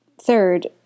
third